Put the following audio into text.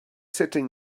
sitting